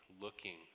looking